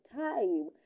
time